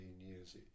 years